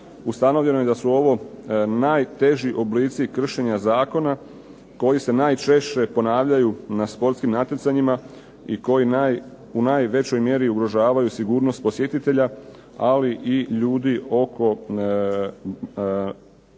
ustanovljeno je da su ovo najteži oblici kršenja zakona koji se najčešće ponavljaju na športskim natjecanjima i koji u najvećoj mjeri ugrožavaju sigurnost posjetitelja, ali i ljudi oko